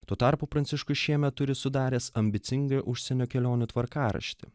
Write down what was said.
tuo tarpu pranciškus šiemet turi sudaręs ambicingą užsienio kelionių tvarkaraštį